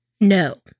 No